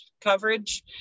coverage